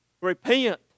Repent